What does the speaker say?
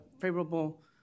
favorable